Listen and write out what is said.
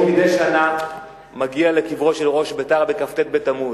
אני מגיע מדי שנה לקברו של ראש בית"ר בכ"ט בתמוז,